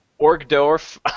orgdorf